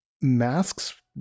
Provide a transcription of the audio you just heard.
masks